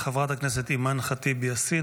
חברת הכנסת אימאן ח'טיב יאסין